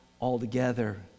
altogether